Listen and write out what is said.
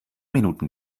minuten